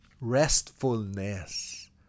restfulness